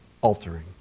altering